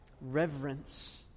reverence